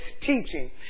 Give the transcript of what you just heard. teaching